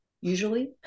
usually